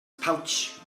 pouch